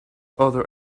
other